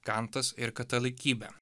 kantas ir katalikybė